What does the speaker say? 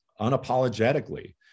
unapologetically